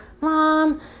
mom